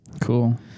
Cool